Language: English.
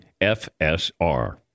FSR